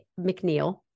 McNeil